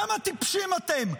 כמה טיפשים אתם?